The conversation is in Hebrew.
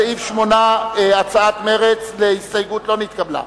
הסתייגות סיעת מרצ לסעיף 8 לא נתקבלה.